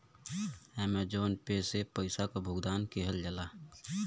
Amazon pay से पइसा क भुगतान किहल जाला